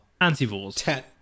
Antivores